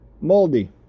moldy